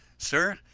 sir,